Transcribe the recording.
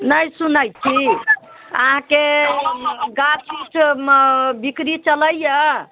नहि सुनैत छी अहाँकेँ गाछीमे बिक्री चलैया